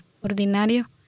ordinario